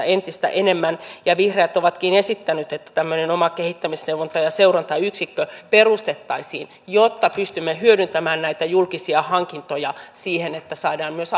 entistä enemmän vihreät ovatkin esittäneet että tämmöinen oma kehittämis neuvonta ja seurantayksikkö perustettaisiin jotta pystymme hyödyntämään näitä julkisia hankintoja siinä että saadaan myös